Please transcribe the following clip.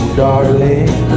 darling